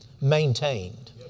maintained